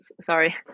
sorry